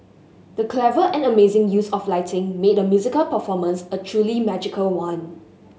the clever and amazing use of lighting made the musical performance a truly magical one